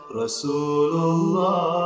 Rasulullah